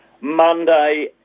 Monday